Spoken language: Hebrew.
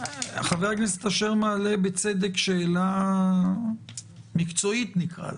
חבר הכנסת אשר מעלה בצדק שאלה מקצועית נקרא לה,